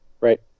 Right